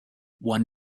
one